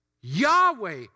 Yahweh